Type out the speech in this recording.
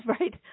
Right